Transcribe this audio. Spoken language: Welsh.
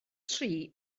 tri